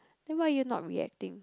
then why are you not reacting